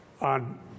on